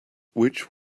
which